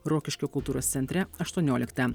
rokiškio kultūros centre aštuonioliktą